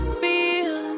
feel